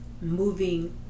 moving